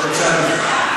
בבקשה, אדוני.